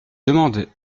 demande